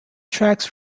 tracks